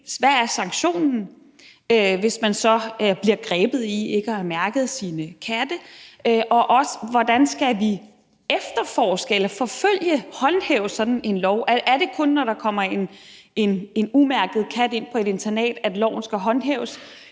Hvad er sanktionen, hvis man så bliver grebet i ikke at have mærket sine katte? Og hvordan skal vi efterforske, forfølge, håndhæve sådan en lov? Er det kun, når der kommer en umærket kat ind på et internat, at loven skal håndhæves?